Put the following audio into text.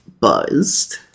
buzzed